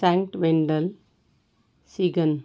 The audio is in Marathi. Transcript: सँट वेंडल सिगन